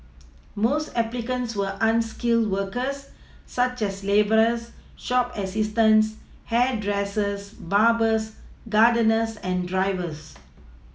most applicants were unskilled workers such as labourers shop assistants hairdressers barbers gardeners and drivers